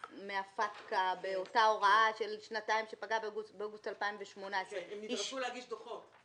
מהפטקא באותה הוראה של שנתיים שפגה באוגוסט 2018. הם נדרשו להגיש דוחות.